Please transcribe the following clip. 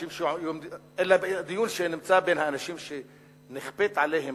אלא דיון שנמצא בין האנשים שנכפית עליהם